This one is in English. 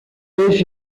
wish